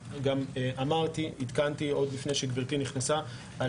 אמרתי ועדכנתי עוד לפני שגברתי נכנסה על